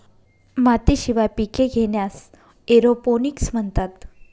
मातीशिवाय पिके घेण्यास एरोपोनिक्स म्हणतात